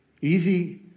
easy